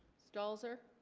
stalls er